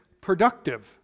productive